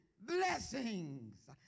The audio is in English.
Blessings